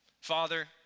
Father